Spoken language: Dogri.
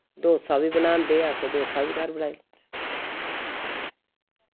डोसा बी बनांदे अस डोसा बी घर बनाई